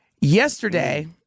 Yesterday